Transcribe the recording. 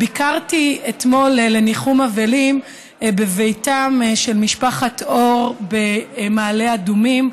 ביקרתי אתמול לניחום אבלים בביתה של משפחת אור במעלה אדומים,